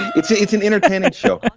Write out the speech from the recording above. it's it's an entertainment show.